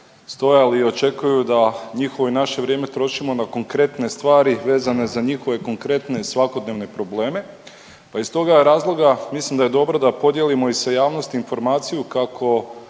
stajali očekuju da njihovo i naše vrijeme trošimo na konkretne stvari, vezano za njihove konkretne svakodnevne probleme, pa iz toga razloga mislim da je dobro da podijelimo i sa javnosti informaciju kako